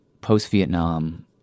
post-vietnam